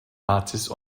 nazis